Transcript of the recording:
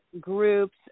groups